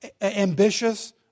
ambitious